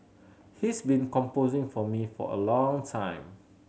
he's been composing for me for a long time